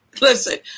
listen